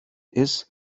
ist